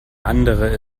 andere